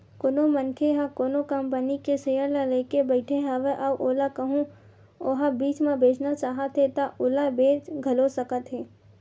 कोनो मनखे ह कोनो कंपनी के सेयर ल लेके बइठे हवय अउ ओला कहूँ ओहा बीच म बेचना चाहत हे ता ओला बेच घलो सकत हे